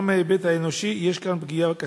גם מההיבט האנושי יש כאן פגיעה קשה.